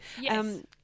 Yes